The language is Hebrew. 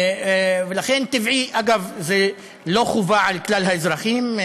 ולכן טבעי, אגב, זה לא חובה על כלל האזרחים.